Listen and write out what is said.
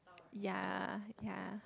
ya ya